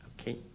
Okay